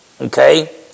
Okay